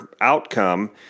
outcome